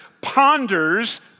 Ponder's